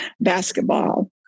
basketball